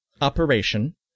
operation